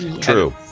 true